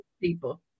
people